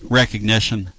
recognition